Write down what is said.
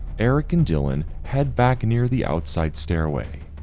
eric and dylan head back near the outside stairway.